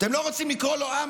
אתם לא רוצים לקרוא לו עם,